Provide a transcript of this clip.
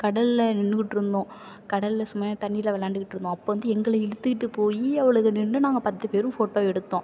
கடல்ல நின்றுக்கிட்ருந்தோம் கடல்ல சும்மா தண்ணியில விளாண்டுக்கிட்ருந்தோம் அப்போ வந்து எங்களை இழுத்துக்கிட்டு போய் அவளுங்க நின்று நாங்கள் பத்து பேரும் ஃபோட்டோ எடுத்தோம்